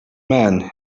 man